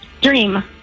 Dream